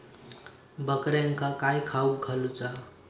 बकऱ्यांका काय खावक घालूचा?